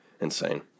insane